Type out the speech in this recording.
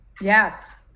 Yes